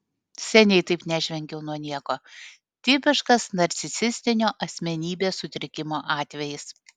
seniai taip nežvengiau nuo nieko tipiškas narcisistinio asmenybės sutrikimo atvejis